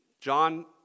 John